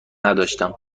نداشتم